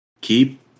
keep